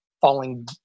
falling